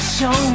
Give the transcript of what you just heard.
show